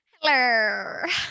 Hello